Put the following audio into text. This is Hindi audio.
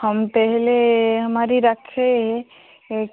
हम पहले हमारी रखे